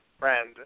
friend